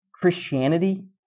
Christianity